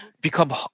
become